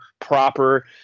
proper